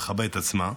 שמכבדת את עצמה,